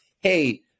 hey